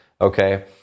Okay